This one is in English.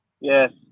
Yes